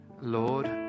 Lord